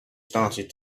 started